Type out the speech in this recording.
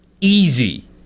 easy